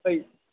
ओय